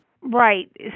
Right